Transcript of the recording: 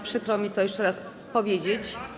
Przykro mi to jeszcze raz powiedzieć.